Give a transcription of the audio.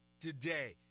today